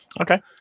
Okay